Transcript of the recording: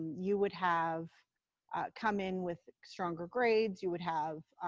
you would have come in with stronger grades, you would have